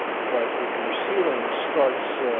but, if your ceiling starts